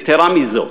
יתרה מזאת,